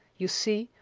you see,